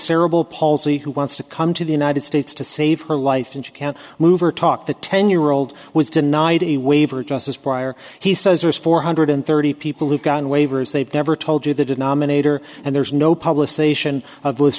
cerebral palsy who wants to come to the united states to save her life and she can't move or talk the ten year old was denied a waiver just as prior he says there's four hundred thirty people who've gotten waivers they've never told you the denominator and there's no published say sion of loose